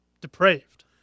depraved